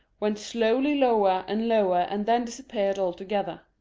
went slowly lower and lower, and then disappeared altogether.